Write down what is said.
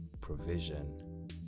provision